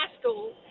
school